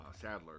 Sadler